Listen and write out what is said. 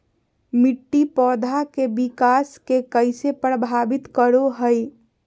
मिट्टी पौधा के विकास के कइसे प्रभावित करो हइ?